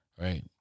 Right